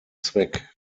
zweck